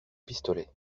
pistolet